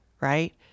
right